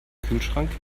kühlschrank